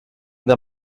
the